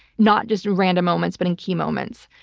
not just random moments, but in key moments.